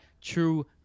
true